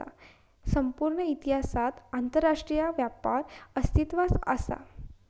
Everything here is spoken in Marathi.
संपूर्ण इतिहासात आंतरराष्ट्रीय व्यापार अस्तित्वात असा